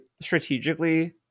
strategically